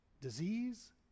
disease